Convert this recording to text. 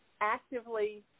actively